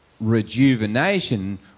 rejuvenation